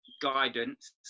guidance